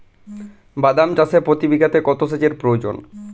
বাদাম চাষে প্রতি বিঘাতে কত সেচের প্রয়োজন?